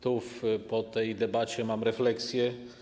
Tu po tej debacie mam refleksję.